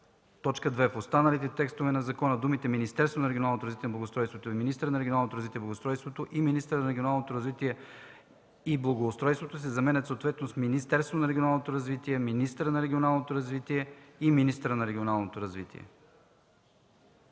2. В останалите текстове на закона думите „Министерството на регионалното развитие и благоустройството” и „министъра на регионалното развитие и благоустройството” се заменят съответно с „Министерството на регионалното развитие” и „министъра на регионалното развитие”.”